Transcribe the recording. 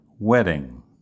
Wedding